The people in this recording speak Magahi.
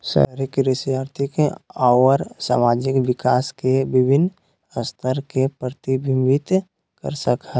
शहरी कृषि आर्थिक अउर सामाजिक विकास के विविन्न स्तर के प्रतिविंबित कर सक हई